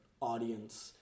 audience